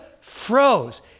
froze